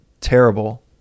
terrible